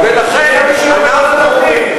זה היה בוועדת הפנים.